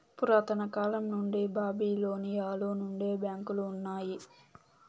పురాతన కాలం నుండి బాబిలోనియలో నుండే బ్యాంకులు ఉన్నాయి